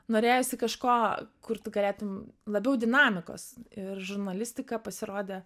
norėjosi kažko kur tu galėtum labiau dinamikos ir žurnalistika pasirodė